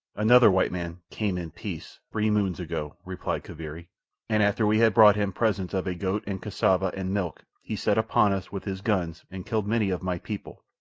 another white man came in peace three moons ago, replied kaviri and after we had brought him presents of a goat and cassava and milk, he set upon us with his guns and killed many of my people,